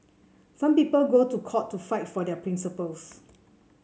some people go to court to fight for their principles